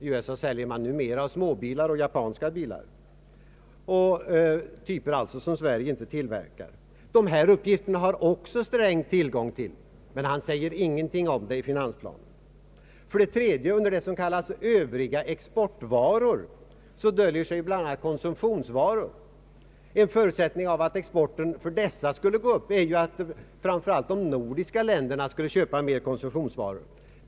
I USA säljer man nu fler småbilar och japanska bilar, typer som Sverige inte tillverkar. även dessa uppgifter har herr Sträng tillgång till, men han säger ingenting om dem i finansplanen. För det tredje döljer sig under det som kallas ”övriga exportvaror” bl.a. konsumtionsvaror. En förutsättning för att exporten av dessa skulle gå upp är att framför allt de nordiska länderna skulle köpa mer konsumtionsvaror.